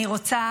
אני חוזר.